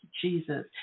Jesus